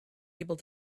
able